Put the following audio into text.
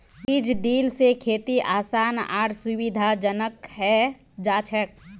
बीज ड्रिल स खेती आसान आर सुविधाजनक हैं जाछेक